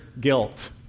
guilt